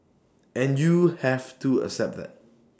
and you have to accept that